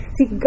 See